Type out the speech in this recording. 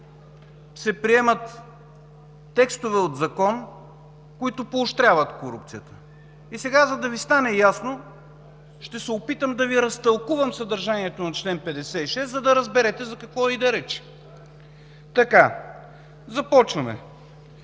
се приемат текстове от закон, които поощряват корупцията. И сега, за да Ви стане ясно, ще се опитам да Ви разтълкувам съдържанието на чл. 56, за да разберете за какво иде реч. Започваме: